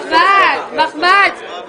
עולת מחמד, מנצלים אותך.